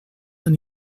han